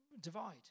divide